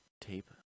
tape